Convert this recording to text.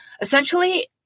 Essentially